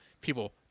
people